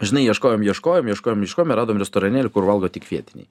žinai ieškojom ieškojom ieškojom ieškojom ir radom restoranėlį kur valgo tik vietiniai